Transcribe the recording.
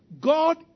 God